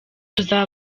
tuzabe